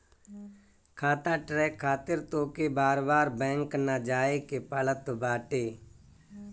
खाता ट्रैक खातिर तोहके बार बार बैंक ना जाए के पड़त बाटे